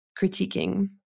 critiquing